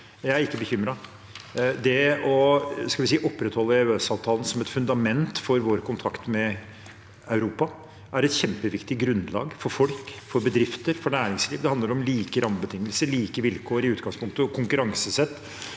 Jeg er ikke bekymret. Det å opprettholde EØS-avtalen som et fundament for vår kontakt med Europa, er et kjempeviktig grunnlag for folk, for bedrifter, for næringslivet. Det handler om like rammebetingelser, like vilkår i utgangspunktet og konkurransesett